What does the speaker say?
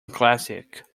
classic